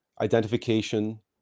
Identification